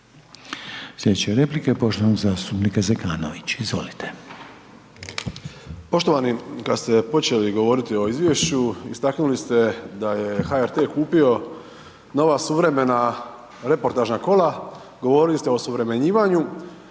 Sljedeća replika je poštovanog zastupnika Zekanovića. Izvolite. **Zekanović, Hrvoje (HRAST)** Poštovani. Kada ste počeli govoriti o izvješću istaknuli ste da je HRT kupio nova suvremena reportažna kola, govorili ste o osuvremenjivanju